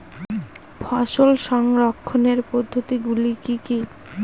ফসল সংরক্ষণের পদ্ধতিগুলি কি কি?